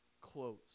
close